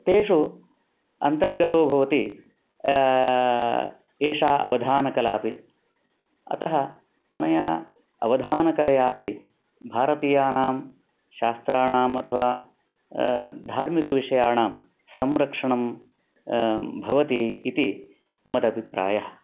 तेषु अन्तर्गतो भवति एषा अवधानकलापि अतः अनया अवधानकलयापि भारतीयानां शास्त्राणाम् अथवा धार्मिकविषयाणां संरक्षणं भवति इति मदभिप्रायः